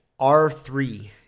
R3